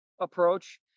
approach